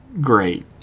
Great